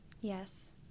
Yes